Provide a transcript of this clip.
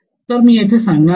तर मी ते येथे सांगणार आहे